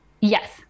yes